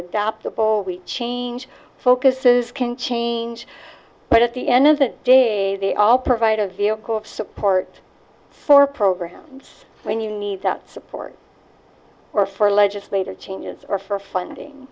adoptable we change focuses can change but at the end isn't day they all provide a vehicle of support for programs when you need that support or for legislative changes or for finding